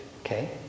okay